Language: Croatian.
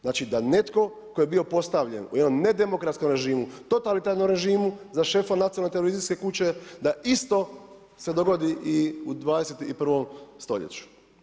Znači netko tko je bio postavljen u jednom nedemokratskom režimu, totalitarnom režimu, za šefa nacionalne televizijske kuće da isto se dogodi u 21. st.